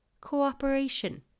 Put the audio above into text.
cooperation